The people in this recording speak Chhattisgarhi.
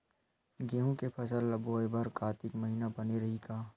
गेहूं के फसल ल बोय बर कातिक महिना बने रहि का?